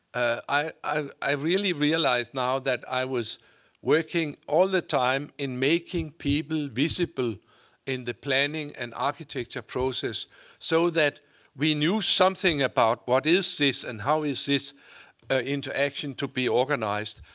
i really realize now that i was working all the time in making people visible in the planning and architecture process so that we knew something about what is this, and how is this interaction to be organized?